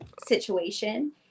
situation